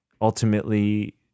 ultimately